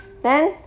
then